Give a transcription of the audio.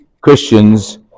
Christians